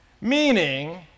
Meaning